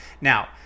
Now